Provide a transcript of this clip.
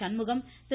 Shanmugam Thiru